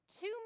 two